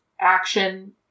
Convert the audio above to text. action